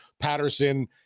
Patterson